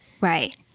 Right